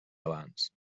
abans